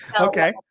Okay